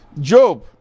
Job